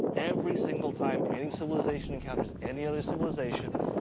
every single time any civilization encounters any other civilization,